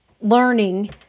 learning